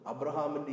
Abraham